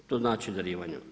To znači darivanje.